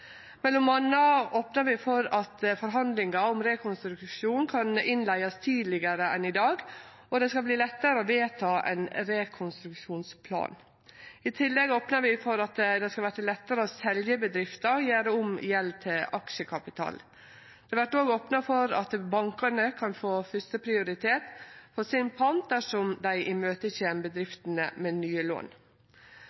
opnar vi for at forhandlingar om rekonstruksjon kan innleiast tidlegare enn i dag, og det skal verte lettare å vedta ein rekonstruksjonsplan. I tillegg opnar vi for at det skal verte lettare å selje bedrifta og gjere om gjeld til aksjekapital. Det vert òg opna for at bankane kan få førsteprioritet for pantet sitt dersom dei